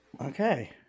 Okay